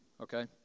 okay